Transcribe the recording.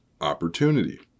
opportunity